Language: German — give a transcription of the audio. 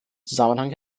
zusammenhang